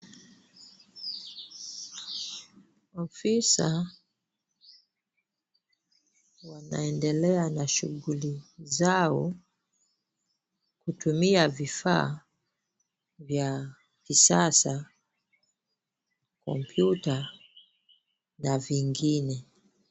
Ofisa wanaendelea na shughuli zao kutumia vifaa vya kisasa, kompyuta na vingine.